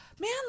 man